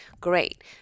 great